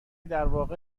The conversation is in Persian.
درواقع